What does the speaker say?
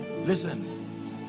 listen